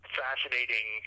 fascinating